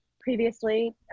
previously